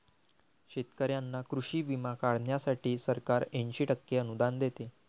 शेतकऱ्यांना कृषी विमा काढण्यासाठी सरकार ऐंशी टक्के अनुदान देते